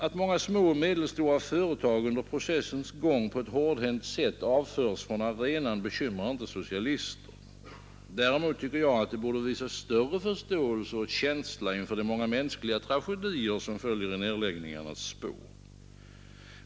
Att många små och medelstora företag under processens gång på ett hårdhänt sätt avförs från arenan bekymrar inte socialister. Däremot tycker jag, att de borde visa större förståelse och känsla inför de många mänskliga tragedier som följer i nedläggningarnas spår.